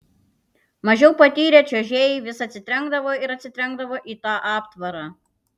mažiau patyrę čiuožėjai vis atsitrenkdavo ir atsitrenkdavo į tą aptvarą